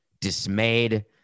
dismayed